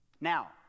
Now